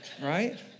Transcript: Right